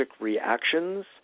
reactions